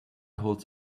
holds